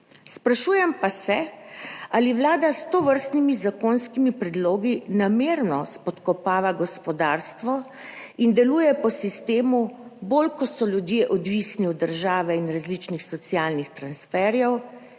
Sprašujem pa se, ali Vlada s tovrstnimi zakonskimi predlogi namerno spodkopava gospodarstvo in deluje po sistemu »bolj ko so ljudje odvisni od države in različnih socialnih transferjev,